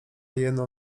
jeno